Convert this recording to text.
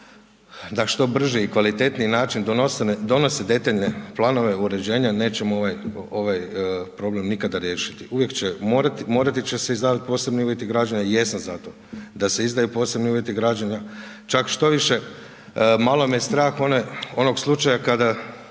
da što brže i kvalitetniji način donose detaljne planove uređenja, nećemo ovaj problem nikada riješiti, uvijek će, morati će se izdavati posebni uvjeti građenja, jesam za to da se izdaju posebni uvjeti građenja, čak štoviše malo me strah one, onog slučaja kada,